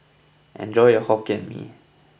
enjoy your Hokkien Mee